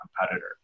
competitor